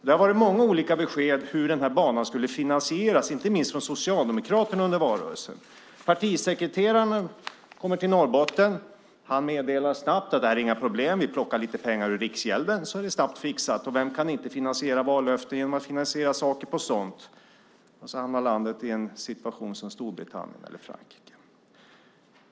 Det har varit många olika besked om hur den här banan skulle finansieras, inte minst från Socialdemokraterna under valrörelsen. Partisekreteraren kommer till Norrbotten. Han meddelar snabbt: Det här är inga problem. Vi plockar lite pengar ur Riksgälden, så är det snabbt fixat. Vem kan inte finansiera vallöften genom att göra på sådant sätt? Och så hamnar landet i en situation som Storbritanniens eller Frankrikes.